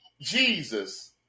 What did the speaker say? Jesus